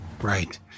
Right